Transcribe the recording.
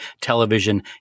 television